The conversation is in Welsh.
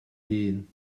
hun